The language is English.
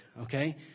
Okay